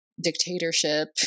dictatorship